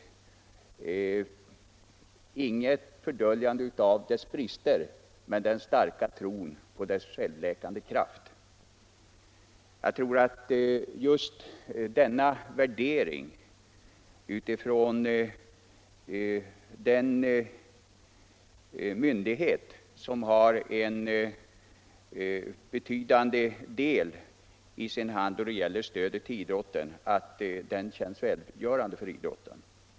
Denna tro innebär inte ett fördöljande av idrottens brister, men inrymmer dess självläkande kraft. En sådan värdering från en myndighet som har ett betydande inflytande då det gäller stödet till idrotten känns välgörande.